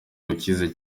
ukize